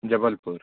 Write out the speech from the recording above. Jabalpur